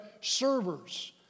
servers